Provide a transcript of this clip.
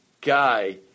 guy